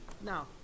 Now